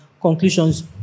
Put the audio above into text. conclusions